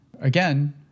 again